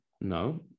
no